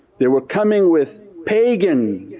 they were coming with pagan